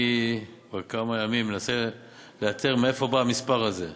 כבר כמה ימים אני מנסה לאתר מאיפה בא המספר הזה.